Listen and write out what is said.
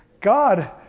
God